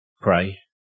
pray